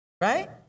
right